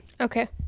okay